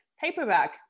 paperback